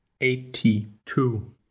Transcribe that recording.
Eighty-two